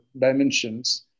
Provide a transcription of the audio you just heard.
dimensions